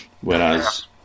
Whereas